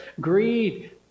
greed